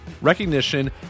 recognition